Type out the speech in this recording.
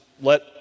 let